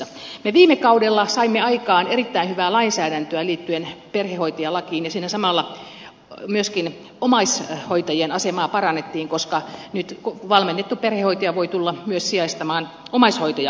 me viime kaudella saimme aikaan erittäin hyvää lainsäädäntöä liittyen perhehoitajalakiin ja siinä samalla myöskin omaishoitajien asemaa parannettiin koska nyt valmennettu perhehoitaja voi tulla myös sijaistamaan omaishoitajaa